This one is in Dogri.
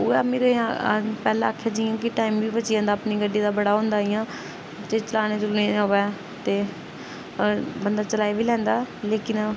उ'ऐ में पैह्ले आखेआ जियां कि टाइम बी बची जंदा अपनी गड्डी दा बड़ा ओह् होंदा इ'यां जे चलाने चलूने गी अवै ते बंदा चलाई बी लैंदा लेकिन